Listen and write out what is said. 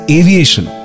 aviation